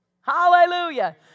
Hallelujah